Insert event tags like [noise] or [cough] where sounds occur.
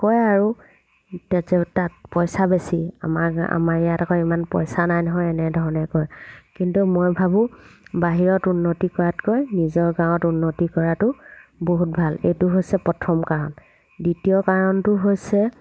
কয় আৰু [unintelligible] তাত পইচা বেছি আমাৰ আমাৰ ইয়াত আকৌ ইমান পইচা নাই নহয় এনেধৰণে কয় কিন্তু মই ভাবোঁ বাহিৰত উন্নতি কৰাতকৈ নিজৰ গাঁৱত উন্নতি কৰাটো বহুত ভাল এইটো হৈছে প্ৰথম কাৰণ দ্বিতীয় কাৰণটো হৈছে